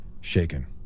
Shaken